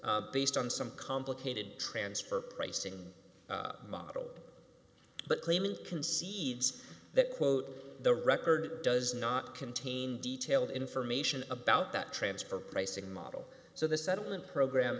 based on some complicated transfer pricing model but claimant concedes that quote the record does not contain detailed information about the transfer pricing model so the settlement program